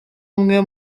umwe